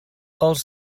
els